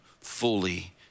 fully